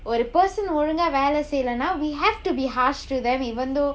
ஒரு:oru person ஒழுங்கா வேலை செய்யலேனா:ozhungaa velai seilaennaa we have to be harsh to them even though